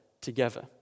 together